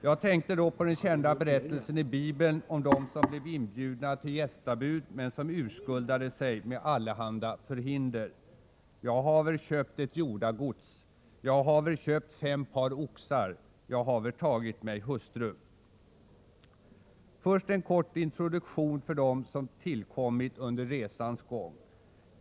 Jag tänkte då på den kända berättelsen i Bibeln om dem som blev inbjudna till gästabud men som urskuldade sig med allehanda förhinder — ”jag haver köpt ett jordagods”, ”jag haver köpt fem par oxar”, ”jag haver tagit mig hustru”. Först en kort introduktion för dem som tillkommit under resans gång.